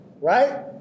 right